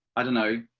i don't know,